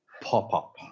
pop-up